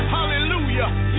Hallelujah